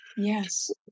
Yes